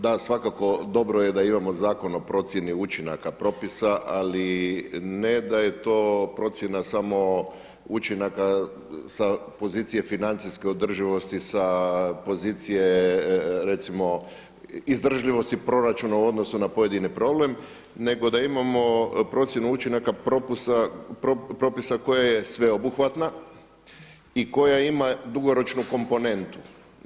Da, svakako, dobro je da imamo Zakon o procjeni učinaka propisa ali ne da je to procjena samo učinaka sa pozicije financijske održivosti, sa pozicije izdržljivosti proračuna u odnosu na pojedini problem nego da imamo procjenu učinaka propisa koja je sveobuhvatna i koja ima dugoročnu komponentu.